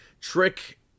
trick